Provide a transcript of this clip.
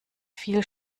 viel